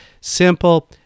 simple